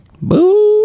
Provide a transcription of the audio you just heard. Boo